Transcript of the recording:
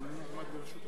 אחרי לחלופין,